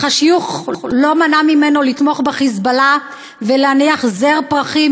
אך השיוך לא מנע ממנו לתמוך ב"חיזבאללה" ולהניח זר פרחים,